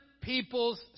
people's